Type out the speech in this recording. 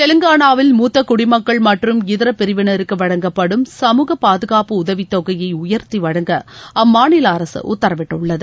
தெலங்கானாவில் மூத்த குடிமக்கள் மற்றம் இதர பிரிவினருக்கு வழங்கப்படும் சமூக பாதுகாப்பு உதவித்தொகையை உயர்த்தி வழங்க அம்மாநில அரசு உத்தரவிட்டுள்ளது